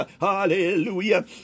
Hallelujah